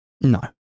no